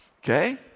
okay